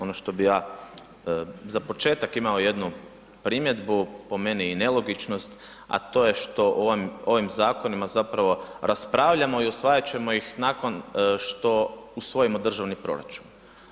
Ono što bi ja za početak imao jednu primjedbu, po meni i nelogičnost, a to je što ovim zakonima zapravo raspravljamo i usvajat ćemo ih nakon što usvojimo državni proračun.